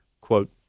quote